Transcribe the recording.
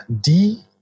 D-